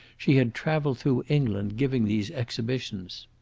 she had travelled through england giving these exhibitions.